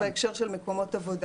מדובר